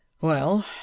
Well